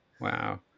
Wow